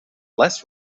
less